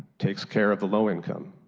takes care of the low income,